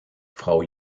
frau